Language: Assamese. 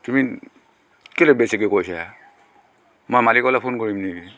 তুমি কেলে বেছিকৈ কৈছা মই মালিকলৈ ফোন কৰিম নেকি